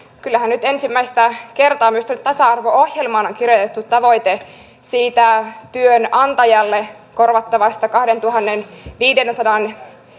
kyllähän nyt ensimmäistä kertaa myös tänne tasa arvo ohjelmaan on kirjoitettu tavoite siitä työnantajalle korvattavasta kahdentuhannenviidensadan